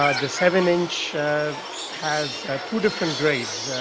um the seven-inch has two different grades.